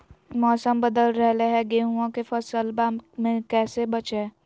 मौसम बदल रहलै है गेहूँआ के फसलबा के कैसे बचैये?